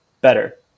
better